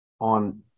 On